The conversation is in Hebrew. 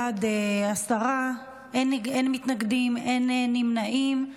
בעד, עשרה, אין מתנגדים, אין נמנעים.